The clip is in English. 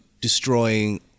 destroying